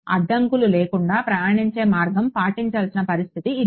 అడ్డంకులు లేకుండా ప్రయాణించే మార్గం పాటించాల్సిన పరిస్థితి ఇది